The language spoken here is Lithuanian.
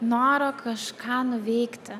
noro kažką nuveikti